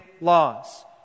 laws